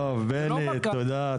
טוב, בני, תודה.